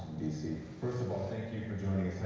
dc. first of all, thank you for joining us.